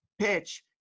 PITCH